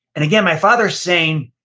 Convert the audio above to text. and again, my father's saying,